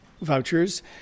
vouchers